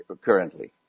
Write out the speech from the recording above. currently